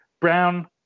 Brown